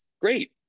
great